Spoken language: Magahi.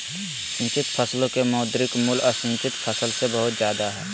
सिंचित फसलो के मौद्रिक मूल्य असिंचित फसल से बहुत जादे हय